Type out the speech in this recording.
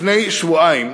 לפני שבועיים,